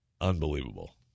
Unbelievable